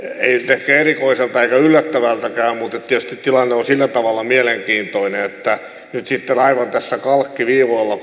ehkä erikoiselta eikä yllättävältäkään mutta tietysti tilanne on sillä tavalla mielenkiintoinen että nyt sitten aivan tässä kalkkiviivoilla